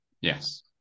Yes